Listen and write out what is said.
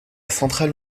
centrale